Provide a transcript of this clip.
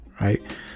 Right